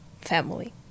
family